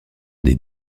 des